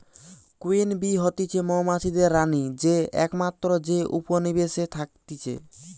queen bee হতিছে মৌমাছিদের রানী যে একমাত্র যে উপনিবেশে থাকতিছে